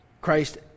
Christ